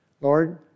Lord